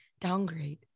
downgrade